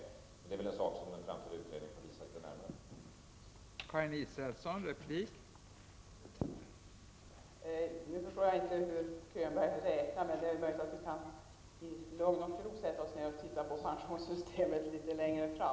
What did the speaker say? Men det är en sak som en framtida utredning närmare får visa.